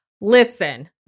listen